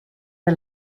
der